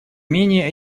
менее